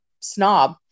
snob